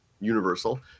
universal